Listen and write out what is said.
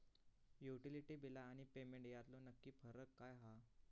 Utility बिला आणि payment यातलो नक्की फरक काय हा?